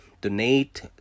Donate